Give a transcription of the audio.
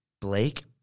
Blake